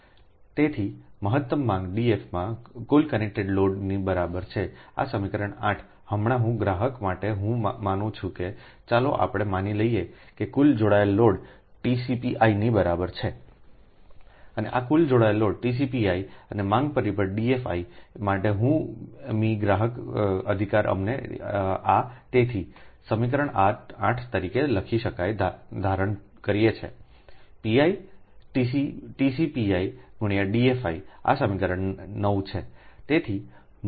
તેથી મહત્તમ માંગ DF માં કુલ કનેક્ટેડ લોડની બરાબર છે આ સમીકરણ 8 હમણાં હું ગ્રાહક માટે હું માનું છું કે ચાલો આપણે માની લઈએ કે કુલ જોડાયેલ લોડ TCPi નીબરાબર છે અને કુલ જોડાયેલ લોડ TCPiઅને માંગ પરિબળ DFiઆ માટે હું મી ગ્રાહક અધિકાર અમને આ તેથી સમીકરણ 8 તરીકે લખી શકાય ધારણ કરીએ છે pi Tcpi x DFi આ સમીકરણ 9 છે